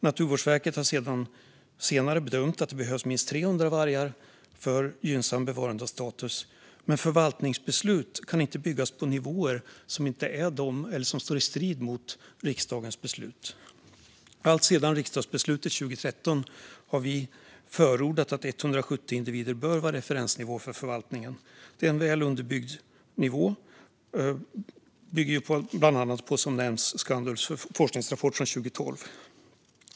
Naturvårdsverket har senare bedömt att det behövs minst 300 vargar för gynnsam bevarandestatus, men förvaltningsbeslut kan inte byggas på nivåer som strider mot riksdagens beslut. Alltsedan riksdagsbeslutet 2013 har vi förordat att 170 individer bör vara referensnivå för förvaltningen. Det är en väl underbyggd nivå, och som nämnts bygger den bland annat på Skandulvs forskningsrapport från 2012.